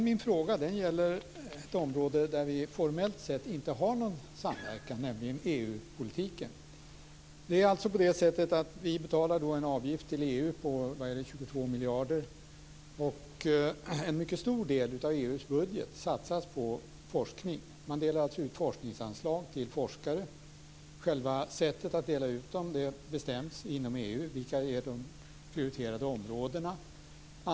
Min fråga gäller ett område där vi formellt sett inte har någon samverkan, nämligen EU-politiken. Vi betalar en avgift till EU på 22 miljarder. En mycket stor del av EU:s budget satsas på forskning, man delar ut forskningsanslag till forskare. Själva sättet att dela ut dem bestäms inom EU liksom vilka de prioriterade områdena är.